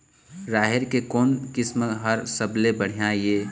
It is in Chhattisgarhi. राहेर के कोन किस्म हर सबले बढ़िया ये?